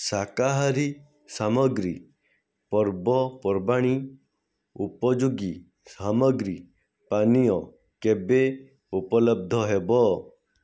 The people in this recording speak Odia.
ସାକାହାରୀ ସାମଗ୍ରୀ ପର୍ବପର୍ବାଣି ଉପଯୋଗୀ ସାମଗ୍ରୀ ପାନୀୟ କେବେ ଉପଲବ୍ଧ ହେବ